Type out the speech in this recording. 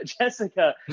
Jessica